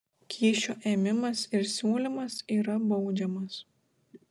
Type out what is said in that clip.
kyšio ėmimas ir siūlymas yra baudžiamas